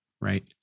right